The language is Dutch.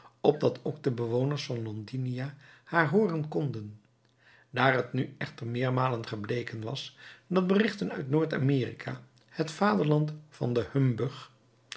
opdat ook de bewoners van londinia haar hooren konden daar het nu echter meermalen gebleken was dat berichten uit noord-amerika het vaderland van den